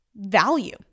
value